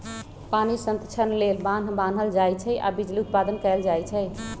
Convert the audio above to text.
पानी संतक्षण लेल बान्ह बान्हल जाइ छइ आऽ बिजली उत्पादन कएल जाइ छइ